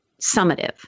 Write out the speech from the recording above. summative